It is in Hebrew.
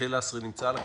יחיאל לסרי נמצא על הקו?